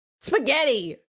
spaghetti